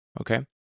okay